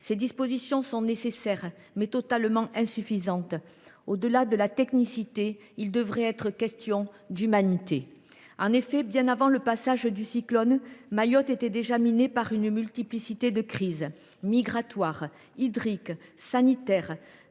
Ces dispositions sont certes nécessaires, mais totalement insuffisantes ! Au delà de dispositions techniques, il devrait également être question d’humanité. En effet, bien avant le passage du cyclone, Mayotte était déjà minée par de multiples crises, migratoire, hydrique et sanitaire,